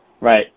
Right